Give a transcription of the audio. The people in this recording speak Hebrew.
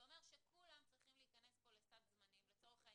זה אומר שכולם צריכים להיכנס לתוך סד הזמנים לצורך העניין,